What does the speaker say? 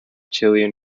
chilean